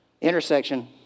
Intersection